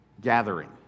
gathering